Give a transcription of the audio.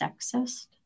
sexist